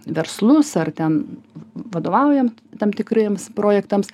verslus ar ten vadovaujam tam tikriems projektams